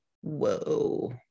Whoa